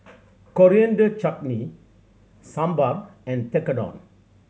Coriander Chutney Sambar and Tekkadon